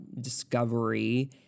discovery